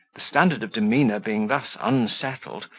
the standard of demeanour being thus unsettled,